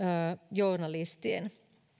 journalistien